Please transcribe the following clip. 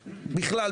בכלל,